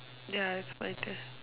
ya it's my turn